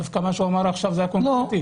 דווקא מה שהוא אמר עכשיו היה קונקרטי.